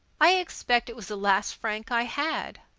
i expect it was the last franc i had.